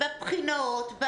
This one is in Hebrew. בבחינות.